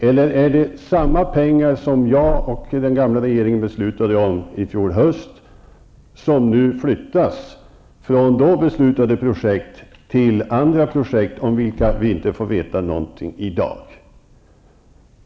Eller är det samma pengar som jag och den förra regeringen beslutade om i fjol höst, som nu flyttas från då beslutade projekt till andra projekt, om vilka vi inte får veta någonting i dag?